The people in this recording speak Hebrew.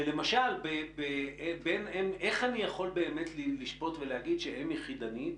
למשל, איך אני יכול באמת לשפוט ולהגיד שאם יחידנית